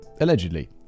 allegedly